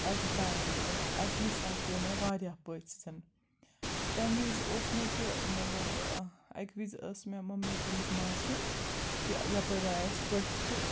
eight a time مطلب اَکی ساتہٕ پیٚیہِ مےٚ وارِیاہ پٔژھَن تَمہِ وِزِ اوس مےٚ کہِ مطلب اَکہِ وِزِ ٲس مےٚ ممی گٔمٕتۍ ماسہِ ہُنٛد تہِ یَپٲرۍ آیہِ اَسہِ پٔژھ تہِ